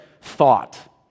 thought